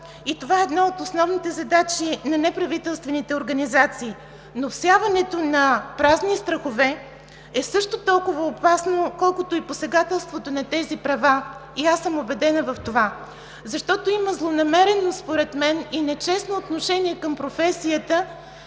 и това е една от основните задачи на неправителствените организации, но всяването на празни страхове е също толкова опасно, колкото и посегателството на тези права и аз съм убедена в това. Защото има злонамереност според мен и нечестно отношение към професията,